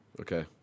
Okay